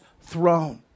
throne